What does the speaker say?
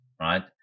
right